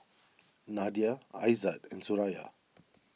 Nadia Aizat and Suraya